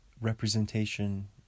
representation